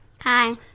Hi